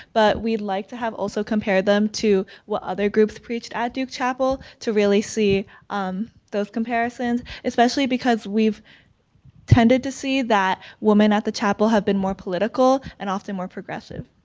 but we'd like to have also compare them to what other groups preached at duke chapel to really see um those comparisons, especially because we've tended to see that women at the chapel have been more political and often more progressive.